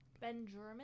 Benjamin